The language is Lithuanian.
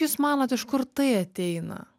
jūs manot iš kur tai ateina